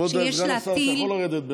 כבוד סגן השר, אתה יכול לרדת.